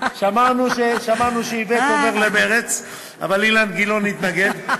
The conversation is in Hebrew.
שמענו שאיווט עובר למרצ, אבל אילן גילאון התנגד.